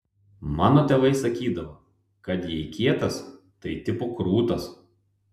mano tėvai sakydavo kad jei kietas tai tipo krūtas